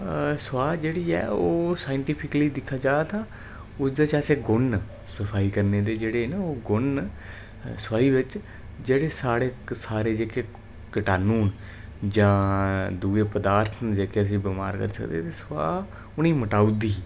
सोआह् जेह्ड़ी ऐ ओह् साइंटीफिकली दिक्खेआ जा तां उस च ऐसे गुण न सफाई करने दे जेह्ड़े न ओह गुण न सफाई च जेह्ड़े साढ़े सारे जेह्के कटाणू जां दुए पदार्थ न जेह्के असेंगी बमार करी सकदे ते सोआह् उनेंगी मटाई ओड़दी